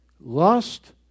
Lust